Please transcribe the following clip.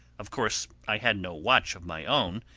of course i had no watch of my own,